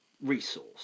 resource